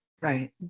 Right